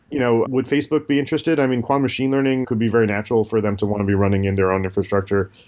you know would facebook be interested? um quantum machine learning could be very natural for them to want to be running in their own infrastructure.